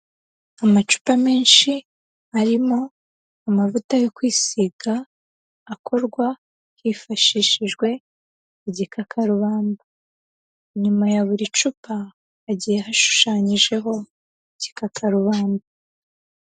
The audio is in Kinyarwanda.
Amacupa menshi arimo amavuta yo kwisiga, akorwa hifashishijwe igikakarubamba, inyuma ya buri cupa, hagiye hashushanyijeho igikakarubamba.